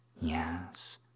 Yes